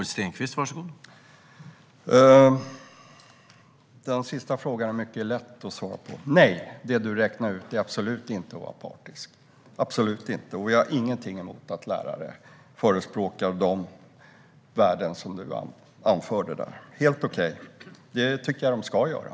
Herr talman! Den sista frågan är mycket lätt att svara på: Nej, Christer Nylander, det du räknade upp är absolut inte att vara partisk. Jag har ingenting emot att lärare förespråkar de värden som du anförde. Det är helt okej. Det tycker jag att de ska göra.